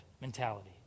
mentality